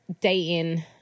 dating